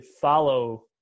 follow